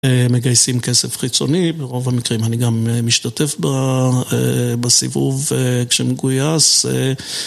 מגייסים כסף חיצוני, ברוב המקרים אני גם משתתף בסיבוב כשמגויס